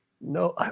No